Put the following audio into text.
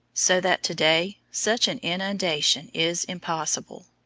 so that to-day such an inundation is impossible.